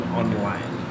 online